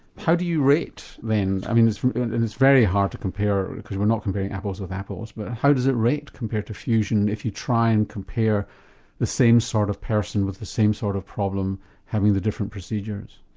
how do you rate, then? i mean it's and it's very hard to compare because we're not comparing apples with apples but how does it rate compared to fusion if you try and compare the same sort of person with the same sort of problem having the different procedures?